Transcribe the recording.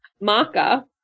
marker